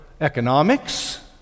economics